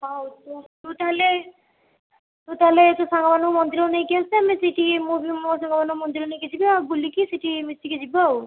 ହଉ ତୁ ତୁ ତା'ହେଲେ ତୁ ତା'ହେଲେ ତୋ ସାଙ୍ଗମାନଙ୍କୁ ମନ୍ଦିର ନେଇକି ଆସେ ଆମେ ସେଇଠି ମୁଁ ବି ମୋ ସାଙ୍ଗମାନଙ୍କୁ ମନ୍ଦିର ନେଇକି ଯିବି ଆଉ ବୁଲିକି ସିଠି ମିଶିକି ଯିବା ଆଉ